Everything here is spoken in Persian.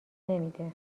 نمیده